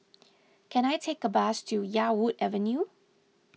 can I take a bus to Yarwood Avenue